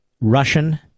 Russian